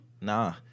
Nah